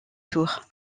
tours